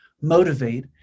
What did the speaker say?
motivate